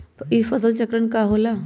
ई फसल चक्रण का होला?